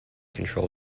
control